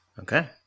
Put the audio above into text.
Okay